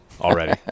already